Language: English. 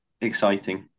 exciting